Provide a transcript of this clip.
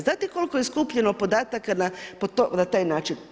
Znate koliko je skupljeno podataka na taj način?